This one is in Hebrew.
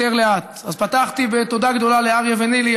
אני רוצה תודה גדולה קודם כול לאריה ונילי,